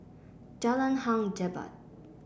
Jalan Hang Jebat